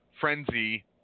frenzy